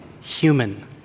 human